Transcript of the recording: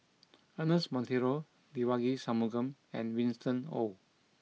Ernest Monteiro Devagi Sanmugam and Winston Oh